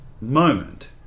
moment